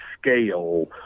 scale